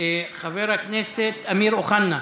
חבר הכנסת אמיר אוחנה,